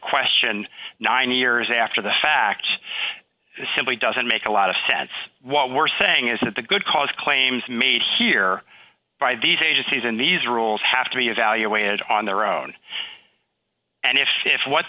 question nine years after the fact simply doesn't make a lot of sense what we're saying is that the good cause claims made here by these agencies and these rules have to be evaluated on their own and if if what